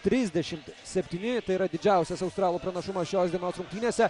trisdešim septyni tai yra didžiausias australų pranašumas šios dienos rungtynėse